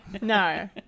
No